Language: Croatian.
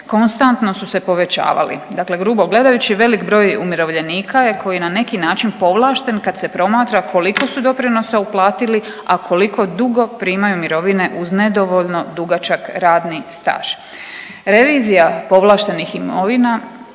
konstantno su se povećavali. Dakle, grubo gledajući velik broj umirovljenika je koji je na neki način povlašten kad se promatra koliko su doprinosa uplatili, a koliko dugo primaju mirovine uz nedovoljno dugačak radni staž. Revizija povlaštenim imovina,